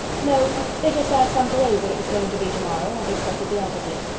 no they just asked uncle abe what it was going to be tomorrow and expected the opposite.